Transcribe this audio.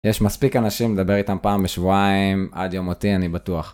יש מספיק אנשים לדבר איתם פעם בשבועיים עד יום מותי, אני בטוח.